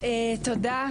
תודה.